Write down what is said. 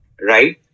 right